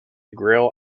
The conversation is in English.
grill